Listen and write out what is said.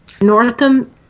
Northam